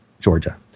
georgia